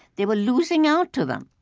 they were losing out to them.